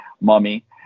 Mummy